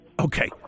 Okay